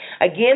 Again